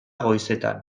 goizetan